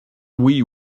oui